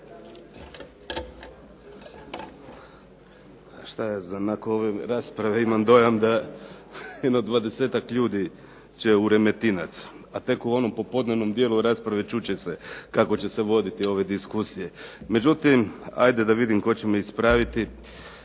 Šta ja znam, nakon ove rasprave imam dojam da jedno dvadesetak ljudi će u Remetinac, a tek u onom popodnevnom dijelu rasprave čut će se kako će se voditi ove diskusije. Međutim, hajde da vidim tko će me ispraviti,